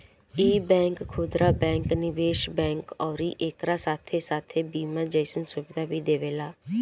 इ बैंक खुदरा बैंक, निवेश बैंक अउरी एकरा साथे साथे बीमा जइसन सुविधा भी देवेला